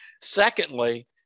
Secondly